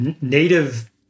native